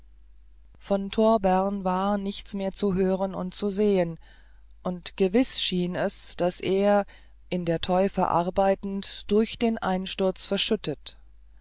von torbern war nichts mehr zu hören und zu sehn und gewiß schien es daß er in der teufe arbeitend durch den einsturz verschüttet